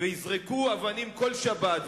ויזרקו אבנים כל שבת,